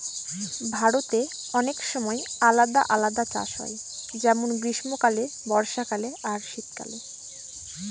ভারতে অনেক সময় আলাদা আলাদা চাষ হয় যেমন গ্রীস্মকালে, বর্ষাকালে আর শীত কালে